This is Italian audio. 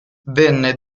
venne